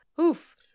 oof